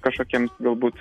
kažkokiems galbūt